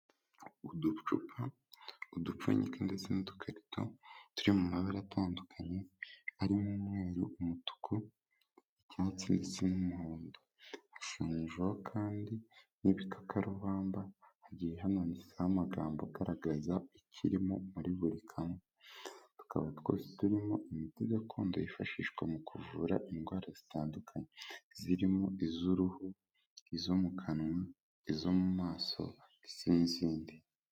Uducupa, udupfunyika ndetse n'udukarito turi mu mabara atandukanye. Harimo umweru, umutuku, icyatsi ndetse n'umuhondo. Hashushanyijeho kandi n'ibikakarubamba, hagiye hamanitseho amagambo agaragaza ikirimo muri buri kamwe. Tukaba twose turimo imiti gakondo yifashishwa mu kuvura indwara zitandukanye. Zirimo iz'uruhu, izo mu kanwa, izo mu maso n'izindi.